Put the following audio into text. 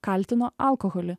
kaltino alkoholį